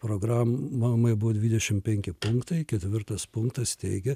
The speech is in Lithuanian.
programoj buvo dvidešimt penki punktai ketvirtas punktas teigė